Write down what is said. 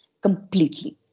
Completely